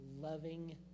loving